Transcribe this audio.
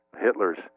Hitler's